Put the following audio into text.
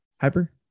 hyper